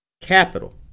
Capital